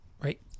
right